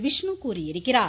விஷ்ணு கூறியிருக்கிறார்